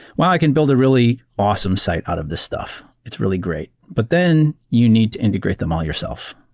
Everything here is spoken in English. well, i can build a really awesome site out of this stuff. it's really great. but then you need to integrate them all yourself.